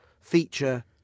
feature